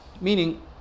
Meaning